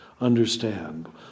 understand